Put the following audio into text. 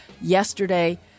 Yesterday